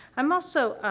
i'm also,